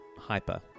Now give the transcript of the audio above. hyper